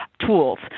tools